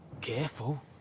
Careful